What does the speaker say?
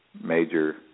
major